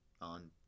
on